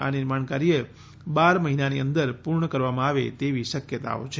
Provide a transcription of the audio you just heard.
આ નિર્માણ કાર્ય બાર મહિનાની અંદર પૂર્ણ કરવામાં આવે તેવી શક્તાઓ છે